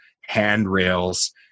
handrails